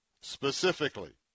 Specifically